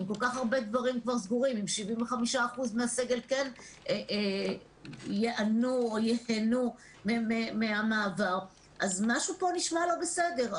אם 75% מהסגל כן ייהנו מהמעבר אז משהו פה נשמע לא בסדר.